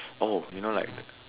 oh you know like